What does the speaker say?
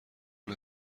اون